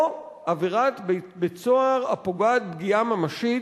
או עבירת בית-סוהר הפוגעת פגיעה ממשית